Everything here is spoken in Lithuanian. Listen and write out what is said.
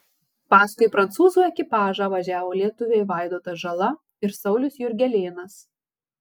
paskui prancūzų ekipažą važiavo lietuviai vaidotas žala ir saulius jurgelėnas